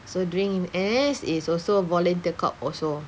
so during N_S is also volunteer corp also